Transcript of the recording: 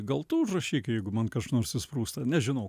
gal tu užrašyk jeigu man kas nors išsprūsta nežinau